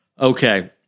Okay